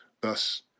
Thus